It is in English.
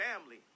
family